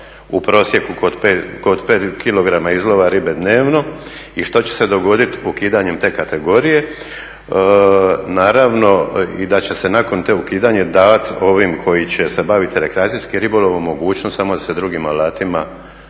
u prosjeku kod 5kg izlova ribe dnevno i što će se dogoditi ukidanjem te kategorije. Naravno i da će se nakon tog ukidanja davati ovim koji će se baviti rekreacijskim ribolovom mogućnost samo da se drugim alatima